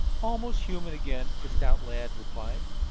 almost human again, the stout lad replied.